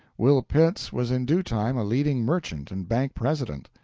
will pitts was in due time a leading merchant and bank president.